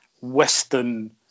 Western